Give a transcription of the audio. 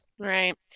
Right